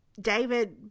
David